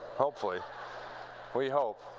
hopefully we hope.